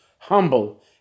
humble